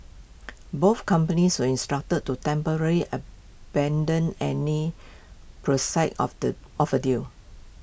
both companies were instructed to temporarily abandon any of the of A deal